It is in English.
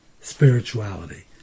spirituality